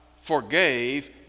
forgave